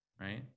right